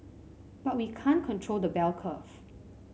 but we can't control the bell curve